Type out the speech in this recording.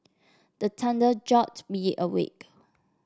the thunder jolt me awake